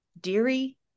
Deary